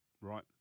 Right